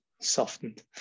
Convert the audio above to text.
softened